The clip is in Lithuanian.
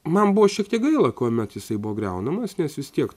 man buvo šiek tiek gaila kuomet jisai buvo griaunamas nes vis tiek